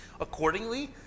Accordingly